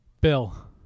Bill